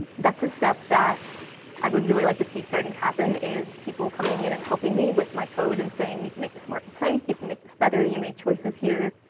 that's a step that i would really like to see starting to happen, is people coming in and helping me with my code, and saying, you could make this more concise. you can make this better. you made choices here.